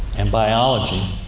and biology,